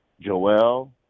Joel